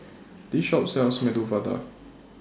This Shop sells Medu Vada